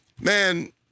man